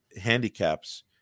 handicaps